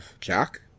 Jack